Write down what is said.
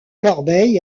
corbeil